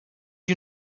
you